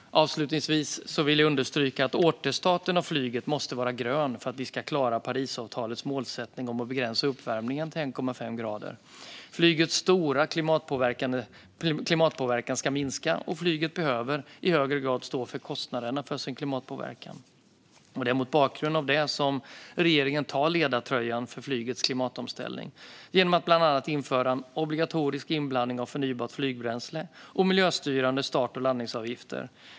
Avslutningsvis vill jag understryka att återstarten av flyget måste vara grön för att vi ska klara Parisavtalets målsättning om att begränsa uppvärmningen till 1,5 grader. Flygets stora klimatpåverkan ska minska, och flyget behöver i högre grad stå för kostnaderna för sin klimatpåverkan. Det är mot bakgrund av det som regeringen tar ledartröjan för flygets klimatomställning genom att bland annat införa en obligatorisk inblandning av förnybart flygbränsle och miljöstyrande start och landningsavgifter.